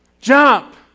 Jump